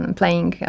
playing